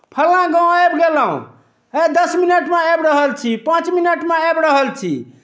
फल्लाँ गाँव आबि गेलहुँ हे दस मिनटमे आबि रहल छी पाँच मिनटमे आबि रहल छी